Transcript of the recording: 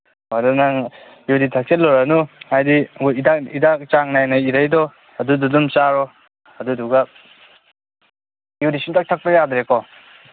ꯑꯗꯨ ꯅꯪ ꯌꯨꯗꯤ ꯊꯛꯆꯤꯜꯂꯨꯔꯅꯨ ꯍꯥꯏꯗꯤ ꯑꯃꯨꯛ ꯍꯤꯗꯥꯛ ꯍꯤꯗꯥꯛ ꯆꯥꯡ ꯅꯥꯏꯅ ꯏꯔꯛꯏꯗꯣ ꯑꯗꯨꯗꯣ ꯑꯗꯨꯝ ꯆꯥꯔꯣ ꯑꯗꯨꯗꯨꯒ ꯌꯨꯗꯤ ꯁꯨꯡꯊꯛ ꯊꯛꯄ ꯌꯥꯗ꯭ꯔꯦꯀꯣ